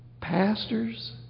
Pastors